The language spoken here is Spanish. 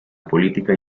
política